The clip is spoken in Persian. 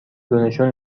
دونشون